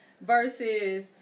versus